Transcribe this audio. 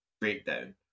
breakdown